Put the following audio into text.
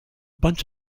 bunch